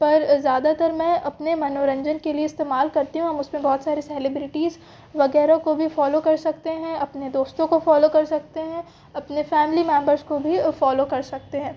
पर ज़्यादातर मैं अपने मनोरंजन के लिए इस्तेमाल करती हूँ हम उसपे बहुत सारे सेलिब्रिटीज़ वगैरह को भी फॉलो कर सकते हैं अपने दोस्तों को फॉलो कर सकते हैं अपने फैमिली मेंबर्स को भी फॉलो कर सकते हैं